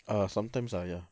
err sometimes ah ya